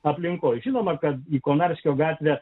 aplinkoje žinoma kad į konarskio gatvę